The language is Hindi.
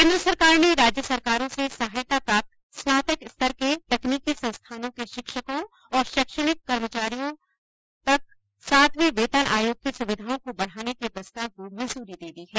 केन्द्र सरकार ने राज्य सरकार और सहायता प्राप्त स्नातक स्तर के तकनीकी संस्थानों के शिक्षकों और शैक्षणिक कर्मचारियों तक सातवें वेतन आयोग की सुविधाओं को बढ़ाने के प्रस्ताव को मंजूरी दे दी है